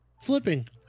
flipping